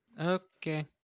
Okay